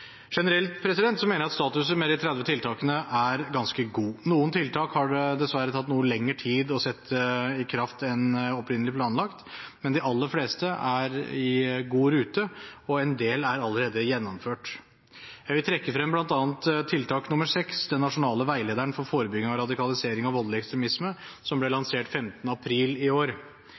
Generelt mener jeg at statusen – med de 30 tiltakene – er ganske god. Noen tiltak har det dessverre tatt noe lengre tid å sette i kraft enn opprinnelig planlagt, men de aller fleste er godt i rute, og en del er allerede gjennomført. Jeg vil trekke frem bl.a. tiltak 6, om den nasjonale veilederen for forebygging av radikalisering og voldelig ekstremisme, som ble lansert 17. april i år.